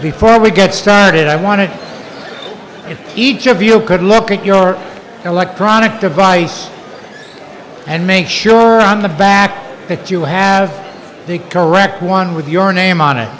before we get started i want to get each of you could look at your electronic device and make sure on the back that you have the correct one with your name on it